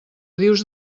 dius